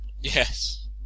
yes